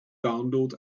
download